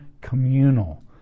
communal